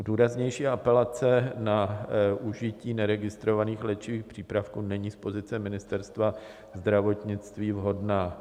Důraznější apelace na užití neregistrovaných léčivých přípravků není z pozice Ministerstva zdravotnictví vhodná.